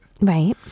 Right